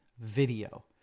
video